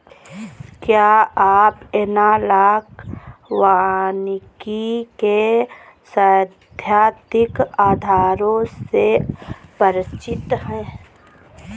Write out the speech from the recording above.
क्या आप एनालॉग वानिकी के सैद्धांतिक आधारों से परिचित हैं?